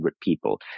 people